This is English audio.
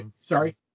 sorry